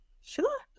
Sure